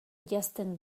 janzten